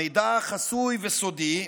המידע חסוי וסודי,